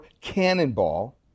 cannonball